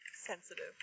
Sensitive